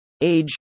age